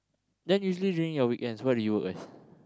then usually during your weekends what do you work as